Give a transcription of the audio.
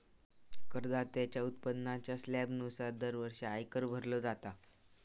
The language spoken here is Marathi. करदात्याच्या उत्पन्नाच्या स्लॅबनुसार दरवर्षी आयकर भरलो जाता